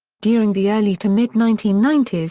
during the early to mid nineteen ninety s,